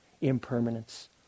Impermanence